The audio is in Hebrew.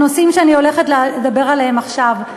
הנושאים שאני הולכת לדבר עליהם עכשיו,